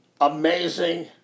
amazing